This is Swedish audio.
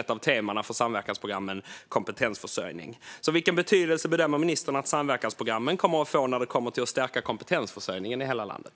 ett av temana för samverkansprogrammen kompetensförsörjning. Vilken betydelse bedömer ministern att samverkansprogrammen kommer att få när det gäller att stärka kompetensförsörjningen i hela landet?